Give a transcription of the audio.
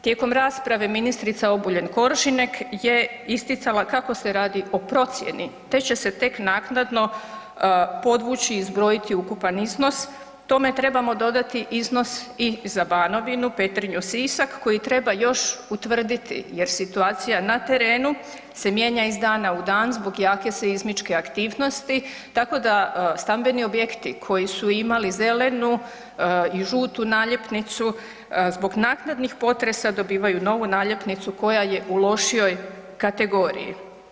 Tijekom rasprave ministrica Obuljen Koržinek je isticala kako se radi o procjeni te će se tek naknadno podvući i zbrojiti ukupan iznos, tome trebamo dodati iznos i za Banovinu, Petrinju, Sisak koji treba još utvrditi jer situacija na terenu se mijenja iz dana u dan zbog jake seizmičke aktivnosti tako da stambeni objekti koji su imali zelenu i žutu naljepnicu zbog naknadnih potresa dobivaju novi naljepnicu koja je u lošijoj kategoriji.